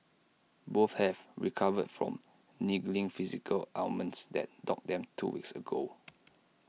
both have also recovered from niggling physical ailments that dogged them two weeks ago